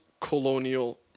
colonial